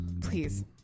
please